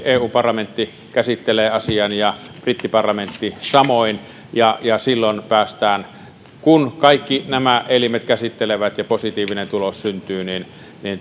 eu parlamentti käsittelee asian ja brittiparlamentti samoin silloin päästään kun kaikki nämä elimet tämän käsittelevät ja positiivinen tulos syntyy